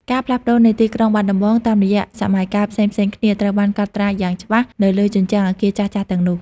ការផ្លាស់ប្តូរនៃទីក្រុងបាត់ដំបងតាមរយៈសម័យកាលផ្សេងៗគ្នា ត្រូវបានកត់ត្រាយ៉ាងច្បាស់នៅលើជញ្ជាំងអគារចាស់ៗទាំងនោះ។